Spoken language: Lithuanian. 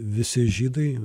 visi žydai